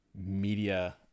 media